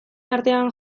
artean